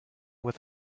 with